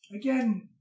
Again